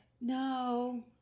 no